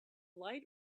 light